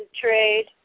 trade